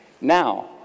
Now